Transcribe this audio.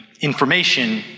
information